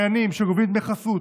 בעבריינים שגובים דמי חסות,